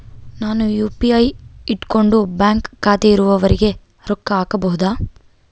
ನಾನು ಯು.ಪಿ.ಐ ಇಟ್ಕೊಂಡು ಬ್ಯಾಂಕ್ ಖಾತೆ ಇರೊರಿಗೆ ರೊಕ್ಕ ಹಾಕಬಹುದಾ?